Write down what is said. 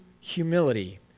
humility